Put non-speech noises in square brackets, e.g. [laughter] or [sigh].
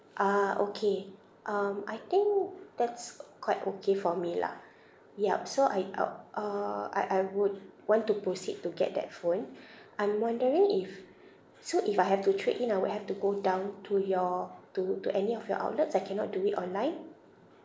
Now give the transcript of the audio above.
ah okay um I think that's [noise] quite okay for me lah yup so I uh uh I I would want to proceed to get that phone I'm wondering if so if I have to trade in I would have to go down to your to to any of your outlets I cannot do it online